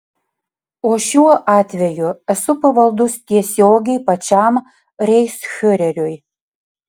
o šiuo atveju esu pavaldus tiesiogiai pačiam reichsfiureriui